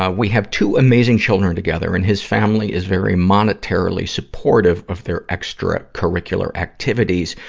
ah we have two amazing children together, and his family is very monetarily supportive of their extra-curricular activities,